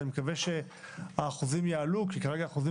ואני מקווה שהאחוזים יעלו כי כרגע אחוזי